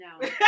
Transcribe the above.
No